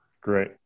Great